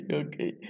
okay